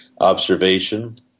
observation